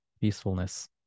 peacefulness